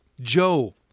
Joe